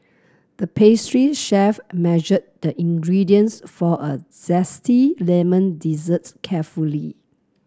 the pastry chef measured the ingredients for a zesty lemon dessert carefully